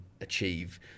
achieve